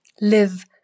live